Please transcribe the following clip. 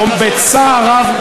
בצער רב,